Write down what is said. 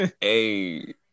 Hey